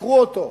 ביקרו אותו,